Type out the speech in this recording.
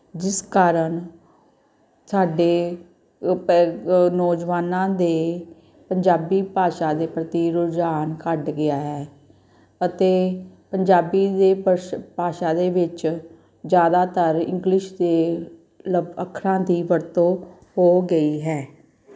ਜਿਸ ਕਾਰਨ ਸਾਡੇ ਪ ਨੌਜਵਾਨਾਂ ਦੇ ਪੰਜਾਬੀ ਭਾਸ਼ਾ ਦੇ ਪ੍ਰਤੀ ਰੁਝਾਨ ਘੱਟ ਗਿਆ ਹੈ ਅਤੇ ਪੰਜਾਬੀ ਦੇ ਭਸ਼ ਭਾਸ਼ਾ ਦੇ ਵਿੱਚ ਜ਼ਿਆਦਾਤਰ ਇੰਗਲਿਸ਼ ਦੇ ਲਫ ਅੱਖਰਾਂ ਦੀ ਵਰਤੋਂ ਹੋ ਗਈ ਹੈ